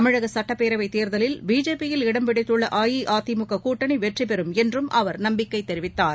தமிழகசுட்டப்பேரவைத் தேர்தலில் பிஜேபியில் இடம் பிடித்துள்ளஅஇஅதிமுககூட்டணிவெற்றிபெறும் என்றும் அவர் நம்பிக்கைதெரிவித்தார்